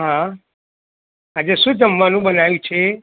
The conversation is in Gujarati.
હ આજે શું જમવાનું બનાવ્યું છે